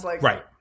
Right